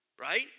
right